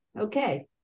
Okay